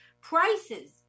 Prices